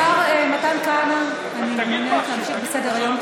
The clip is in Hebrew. השר מתן כהנא, אני מעוניינת להמשיך בסדר-היום.